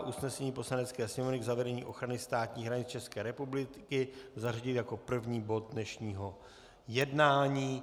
Usnesení Poslanecké sněmovny k zavedení ochrany státních hranic České republiky zařadit jako první bod dnešního jednání.